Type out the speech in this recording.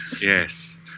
Yes